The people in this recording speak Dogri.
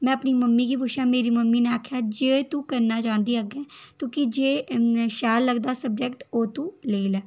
में अपनी मम्मी गी पुच्छेआ मेरी मम्मी ने आखेआ जो तूं करना चाहंदा तुगी जे शैल लगदा ऐ सब्जैकट ओह् तूं लेई लै